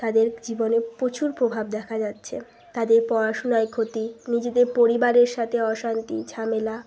তাদের জীবনে প্রচুর প্রভাব দেখা যাচ্ছে তাদের পড়াশুনায় ক্ষতি নিজেদের পরিবারের সাতে অশান্তি ঝামেলা